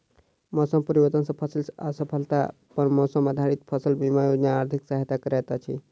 मौसम परिवर्तन सॅ फसिल असफलता पर मौसम आधारित फसल बीमा योजना आर्थिक सहायता करैत अछि